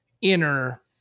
inner